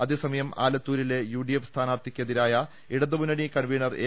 അതേസമയം ആലത്തൂരിലെ യുഡിഎഫ് സ്ഥാനാർത്ഥി ക്കെതിരായ ഇടതു മുന്നണി കൺവീനർ എ